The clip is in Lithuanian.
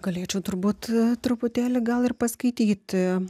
galėčiau turbūt truputėlį gal ir paskaityti